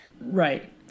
right